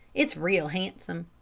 it's real handsome.